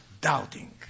doubting